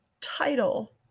title